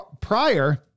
Prior